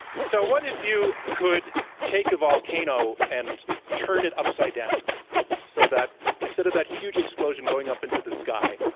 so, what if you could take a volcano and turn it upside down so that instead of that huge explosion going up into the sky,